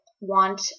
want